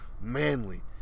manly